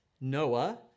Noah